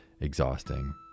exhausting